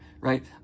right